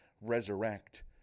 resurrect